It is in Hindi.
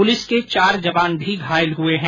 पुलिस के चार जवान भी घायल हुए हैं